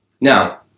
Now